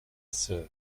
sœur